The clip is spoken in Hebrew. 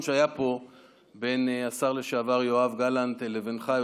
שהיה פה בין השר לשעבר יואב גלנט לבינך,